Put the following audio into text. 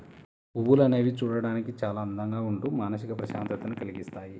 పువ్వులు అనేవి చూడడానికి చాలా అందంగా ఉంటూ మానసిక ప్రశాంతతని కల్గిస్తాయి